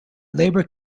labor